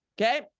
Okay